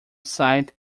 site